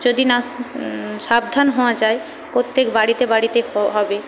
যদি না সাবধান হওয়া যায় প্রত্যেক বাড়িতে বাড়িতে হবে